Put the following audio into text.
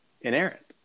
inerrant